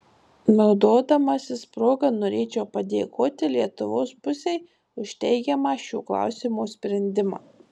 naudodamasis proga norėčiau padėkoti lietuvos pusei už teigiamą šio klausimo sprendimą